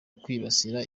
kwibasira